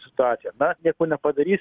situacija na nieko nepadarysi